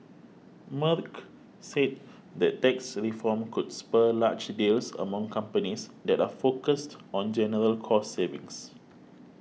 Merck said that tax reform could spur large deals among companies that are focused on general cost savings